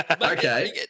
Okay